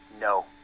No